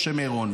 משה מירון,